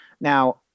now